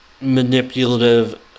manipulative